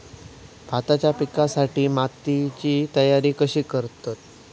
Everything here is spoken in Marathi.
भाताच्या पिकासाठी मातीची तयारी कशी करतत?